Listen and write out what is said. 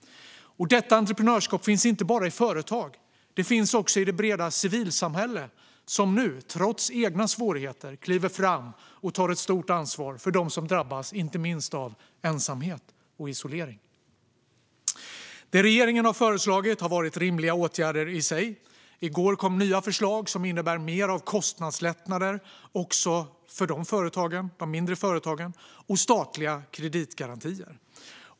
Detta entreprenörskap finns inte bara i företag. Det finns också i det breda civilsamhälle som nu, trots egna svårigheter, kliver fram och tar ett stort ansvar för dem som drabbas av - inte minst - ensamhet och isolering. Det regeringen har föreslagit har varit rimliga åtgärder i sig. I går kom nya förslag som innebär mer av kostnadslättnader också för de mindre företagen samt statliga kreditgarantier.